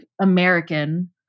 American